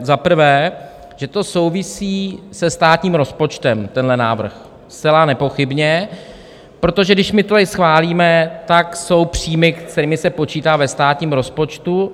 Za prvé, že to souvisí se státním rozpočtem, tenhle návrh, zcela nepochybně, protože když my tady schválíme, tak jsou příjmy, se kterými se počítá ve státním rozpočtu.